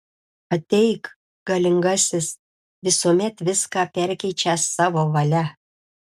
ateik galingasis visuomet viską perkeičiąs savo valia